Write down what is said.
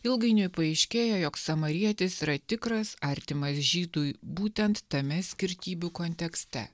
ilgainiui paaiškėja jog samarietis yra tikras artimas žydui būtent tame skirtybių kontekste